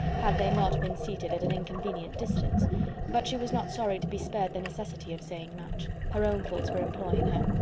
had they not been seated at an inconvenient distance but she was not sorry to be spared the necessity of saying much. her own thoughts were employing her.